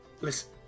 listen